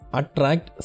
attract